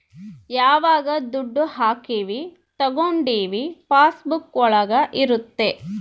ಯಾವಾಗ ದುಡ್ಡು ಹಾಕೀವಿ ತಕ್ಕೊಂಡಿವಿ ಪಾಸ್ ಬುಕ್ ಒಳಗ ಇರುತ್ತೆ